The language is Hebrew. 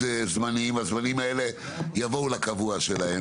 זמניים והזמניים האלה יבואו לקבוע שלהם.